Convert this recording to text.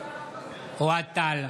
אוהד טל,